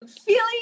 feeling